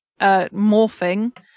morphing